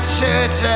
church